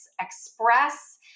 Express